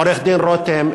עורך-דין רותם,